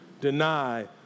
deny